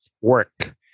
work